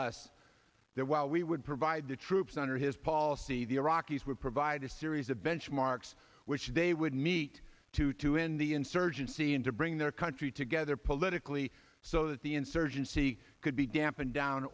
us that while we would provide the troops under his policy the iraqis would provide a series of benchmarks which they would meet to to end the insurgency and to bring their country together politically so that the insurgency could be dampened down